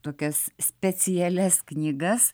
tokias specialias knygas